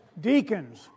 deacons